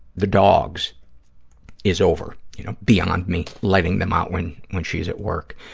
the dogs is over, you know, beyond me letting them out when when she's at work,